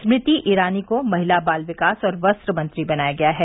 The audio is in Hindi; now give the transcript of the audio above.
स्मृति ईरानी को महिला बाल विकास और वस्त्र मंत्री बनाया गया है